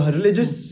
religious